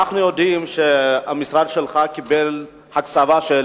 אנחנו יודעים שהמשרד שלך קיבל הקצבה של